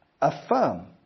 affirm